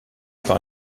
par